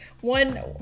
One